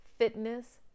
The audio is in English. fitness